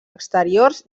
exteriors